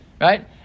Right